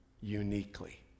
uniquely